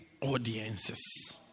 audiences